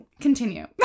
Continue